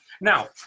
Now